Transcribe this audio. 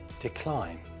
decline